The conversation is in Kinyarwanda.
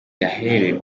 yahereye